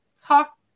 talk